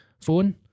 phone